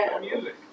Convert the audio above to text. music